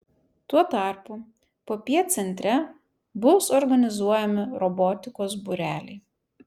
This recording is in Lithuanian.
tuo tarpu popiet centre bus organizuojami robotikos būreliai